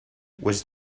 was